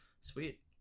Sweet